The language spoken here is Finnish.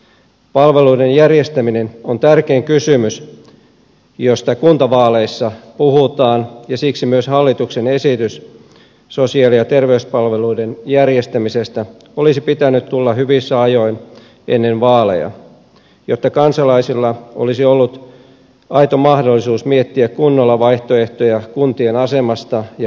palveluiden järjestäminen on tärkein niistä kysymyksistä joista kuntavaaleissa puhutaan ja siksi myös hallituksen esityksen sosiaali ja terveyspalveluiden järjestämisestä olisi pitänyt tulla hyvissä ajoin ennen vaaleja jotta kansalaisilla olisi ollut aito mahdollisuus miettiä kunnolla vaihtoehtoja koskien kuntien asemaa ja palveluja